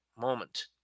moment